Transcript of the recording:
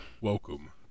Welcome